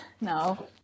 No